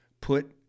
put